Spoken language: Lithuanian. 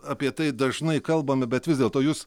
apie tai dažnai kalbame bet vis dėlto jūs